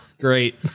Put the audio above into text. great